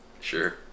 Sure